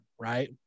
right